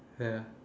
ya